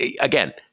Again